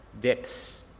depth